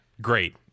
great